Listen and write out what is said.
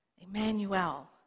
Emmanuel